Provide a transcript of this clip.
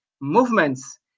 movements